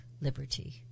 liberty